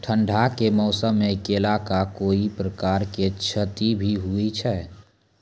ठंडी के मौसम मे केला का कोई प्रकार के क्षति भी हुई थी?